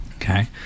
Okay